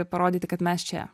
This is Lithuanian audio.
parodyti kad mes čia